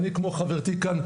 אני כמו חברתי כאן,